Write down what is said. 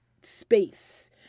space